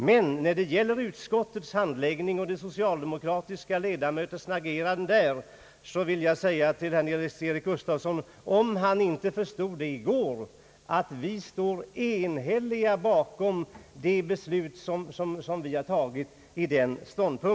Vad beträffar utskottets handläggning och de socialdemokratiska ledamöternas agerande där vill jag säga till herr Nils-Eric Gustafsson, om han inte förstod det i går, att vi står enhälliga bakom det beslut som vi har fattat i det avseendet.